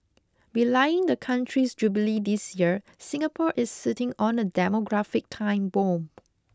belying the country's Jubilee this year Singapore is sitting on a demographic time bomb